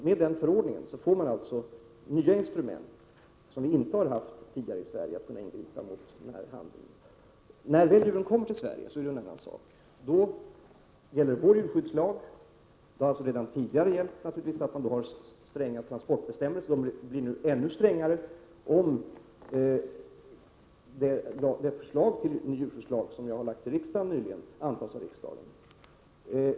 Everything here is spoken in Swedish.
Med denna förordning får man alltså ett instrument, som man inte tidigare har haft i Sverige, att kunna ingripa mot oseriös handel. När djuren väl har kommit till Sverige blir det en annan sak. Då gäller vår djurskyddslag. Redan tidigare har stränga transportbestämmelser gällt. Men nu blir de ännu strängare, om det förslag till ny djurskyddslag som vi har lagt fram för riksdagen antas av riksdagen.